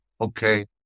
Okay